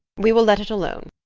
we will let it alone.